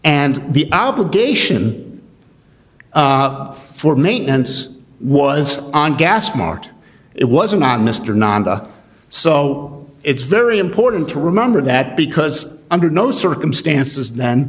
and the obligation for maintenance was on gas marked it wasn't on mr nanda so it's very important to remember that because under no circumstances th